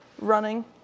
running